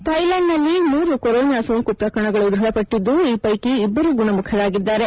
ಥೈಲ್ಯಾಂಡ್ನಲ್ಲಿ ಮೂರು ಕೊರೋನಾ ಸೋಂಕು ಪ್ರಕರಣಗಳು ದ್ವಧಪಟ್ಟಿದ್ದು ಈ ಪೈಕಿ ಇಬ್ಬರು ಗುಣಮುಖರಾಗಿದ್ದಾರೆ